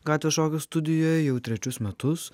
gatvės šokių studijoj jau trečius metus